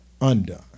undone